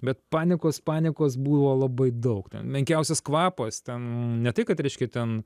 bet paniekos paniekos buvo labai daug ten menkiausias kvapas ten ne tai kad reiškia ten